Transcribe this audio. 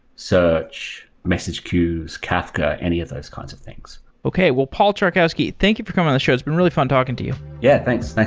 search, message queues, kafka, any of those kinds of things okay. well, paul czarkowski, thank you for coming on the show. it's been really fun talking to you yeah, thanks. like